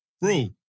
Bro